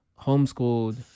homeschooled